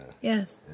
Yes